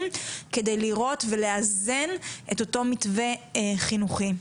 על מנת לראות ולאזן את אותו המתווה החינוכי,